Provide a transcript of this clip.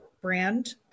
brand